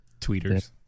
Tweeters